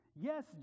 Yes